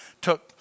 Took